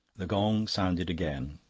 the gong sounded again,